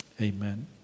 Amen